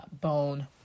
bone